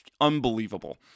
unbelievable